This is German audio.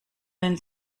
wenn